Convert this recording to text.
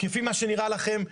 כפי מה שנראה לכם.